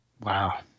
Wow